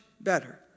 better